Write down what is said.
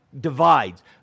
divides